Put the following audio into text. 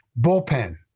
Bullpen